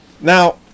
now